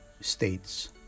states